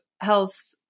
health